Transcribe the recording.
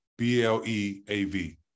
BLEAV